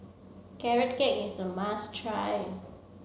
carrot cake is a must try